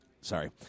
sorry